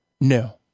No